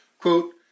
Quote